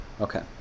Okay